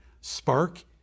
spark